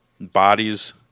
bodies